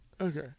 Okay